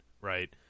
right